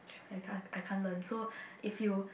I can't I can't learn so if you